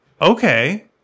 Okay